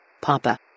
Papa